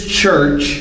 church